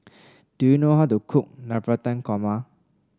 do you know how to cook Navratan Korma